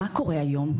מה קורה היום?